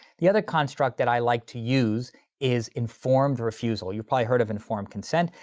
the other construct that i like to use is informed refusal. you've probably heard of informed consent.